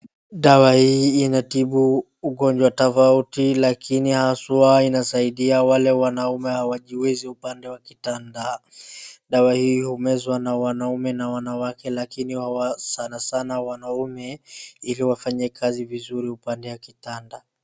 Dawa hii inatibu ugonjwa tofauti lakini haswa inasaidia wale wanaume hawajiwezi upande wa kitanda. Dawa hii umezwa na wanaume na wanawake lakini sanasana wanaume ili wafanye kazi vizuri upande ya kitanda.